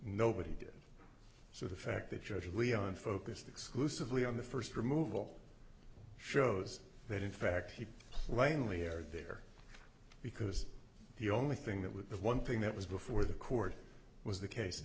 nobody did so the fact that judge leon focused exclusively on the first removal shows that in fact he plainly are there because the only thing that was the one thing that was before the court was the case